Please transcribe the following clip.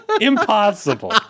Impossible